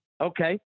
Okay